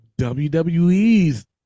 WWE's